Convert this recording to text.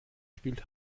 spielt